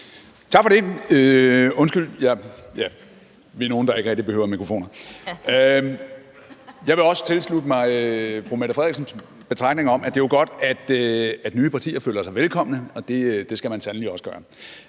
Tak for det! Undskyld, ja, vi er nogle, der ikke rigtig behøver mikrofoner. (Munterhed). Jeg vil også tilslutte mig fru Mette Frederiksens betragtning om, at det er godt, at nye partier føler sig velkomne, og det skal man sandelig også gøre.